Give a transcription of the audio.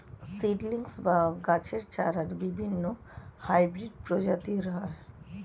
seedlings বা গাছের চারার বিভিন্ন হাইব্রিড প্রজাতি হয়